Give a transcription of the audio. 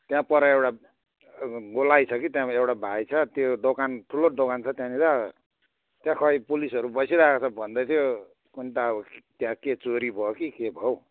त्यहाँ पर एउटा गोलाइ छ कि त्यहाँ एउटा भाइ छ त्यो दोकान ठुलो दोकान छ त्यहाँनिर त्यहाँ खै पुलिसहरू बसिरहेको छ भन्दैथ्यो कुन्नि त अब त्यहाँ के चोरी भयो कि के भयो हौ